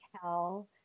tell